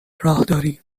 راهداری